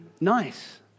nice